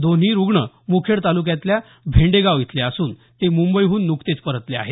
दोन्ही रूग्ण मुखेड तालुक्यातल्या भेंडेगाव इथले असून ते मुंबईहून नुकतेच परतले आहेत